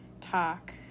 talk